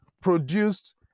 produced